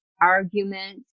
argument